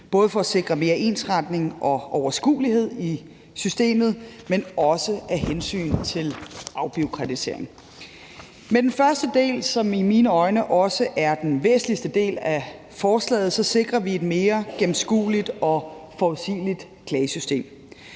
både for at sikre mere ensretning og overskuelighed i systemet, men også af hensyn til afbureaukratisering. Med den første del, som i mine øjne også er den væsentligste del af forslaget, sikrer vi mere et mere gennemskueligt og forudsigeligt klagesystem.